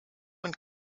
und